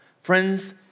Friends